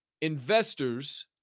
investors